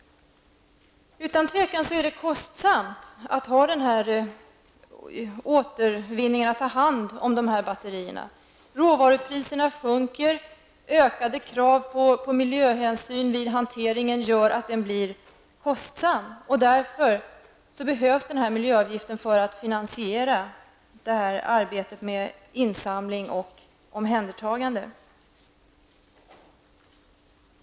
Utan tvivel är det kostsamt att ha denna återvinning, att ta hand om de här batterierna. Råvarupriserna sjunker. Ökade krav på miljöhänsyn vid hanteringen gör att den blir kostsam. Därför behövs denna miljöavgift för att finansiera arbetet med insamling och omhändertagande.